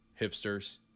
hipsters